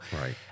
Right